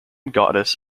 goddess